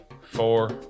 four